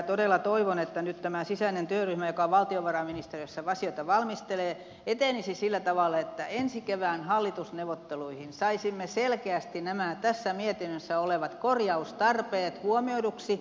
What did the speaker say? todella toivon että nyt tämä sisäinen työryhmä joka valtiovarainministeriössä asioita valmistelee etenisi sillä tavalla että ensi kevään hallitusneuvotteluihin saisimme selkeästi nämä tässä mietinnössä olevat korjaustarpeet huomioiduiksi